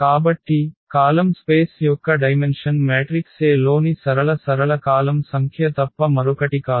కాబట్టి column space యొక్క dimension matrix A లోని సరళ సరళ కాలమ్ సంఖ్య తప్ప మరొకటి కాదు